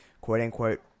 quote-unquote